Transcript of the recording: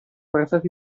fuerzas